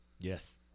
Yes